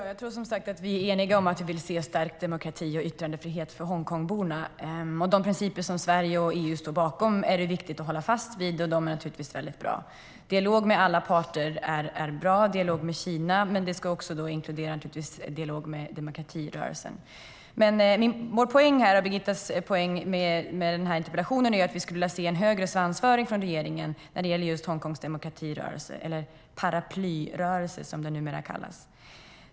Herr talman! Jag tror att vi är eniga om att vi vill se stärkt demokrati och yttrandefrihet för Hongkongborna. De principer som Sverige och EU står bakom är det viktigt att hålla fast vid, och de är naturligtvis mycket bra. Dialog med alla parter är bra, som dialog med Kina. Men det ska naturligtvis inkludera dialog med demokratirörelsen. Birgitta Ohlssons poäng med interpellationen är att vi skulle vilja se en högre svansföring från regeringen när det gäller just Hongkongs demokrati-rörelse eller paraplyrörelse, som den numera kallas.